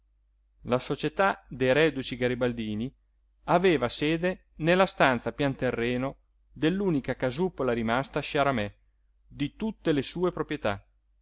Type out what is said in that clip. la società dei reduci garibaldini aveva sede nella stanza a pianterreno dell'unica casupola rimasta a sciaramè di tutte le sue proprietà